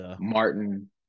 Martin